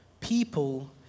people